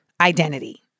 identity